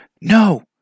No